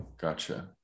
Gotcha